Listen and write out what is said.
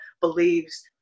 believes